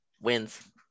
wins